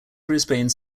brisbane